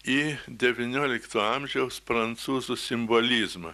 į devyniolikto amžiaus prancūzų simbolizmą